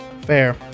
Fair